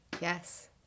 yes